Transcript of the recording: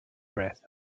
breath